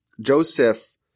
Joseph